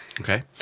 Okay